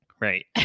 right